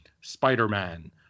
Spider-Man